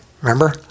Remember